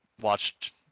watched